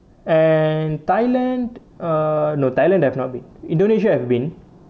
and thailand uh no thailand I have not been indonesia I've been